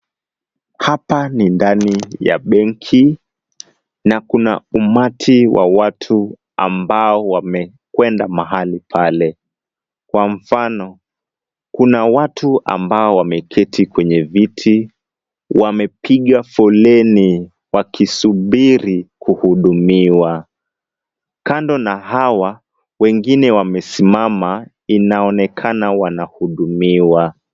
Hapa ni ndani ya benki na kuna umati wa watu ambao wamekwenda mahali pale, kwa mfano kuna watu ambao wameketi kwenye viti, wamepiga foleni wakisubiri kuhudumiwa, kando na hawa wengine wamesimama inaonekana wanahudumiwa.